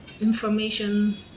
Information